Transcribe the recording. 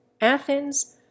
Athens